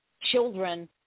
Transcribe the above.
children